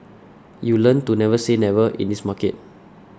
you learn to never say never in this market